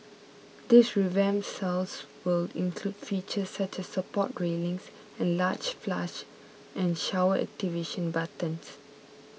these revamped cells will include features such as support railings and large flush and shower activation buttons